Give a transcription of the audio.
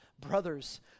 Brothers